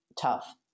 tough